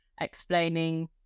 explaining